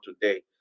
today